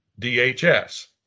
DHS